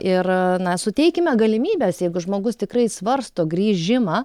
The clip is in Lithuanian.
ir na suteikime galimybes jeigu žmogus tikrai svarsto grįžimą